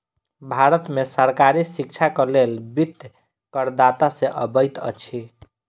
भारत में सरकारी शिक्षाक लेल वित्त करदाता से अबैत अछि